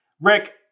Rick